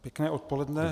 Pěkné odpoledne.